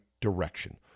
direction